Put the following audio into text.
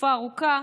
תקופה ארוכה,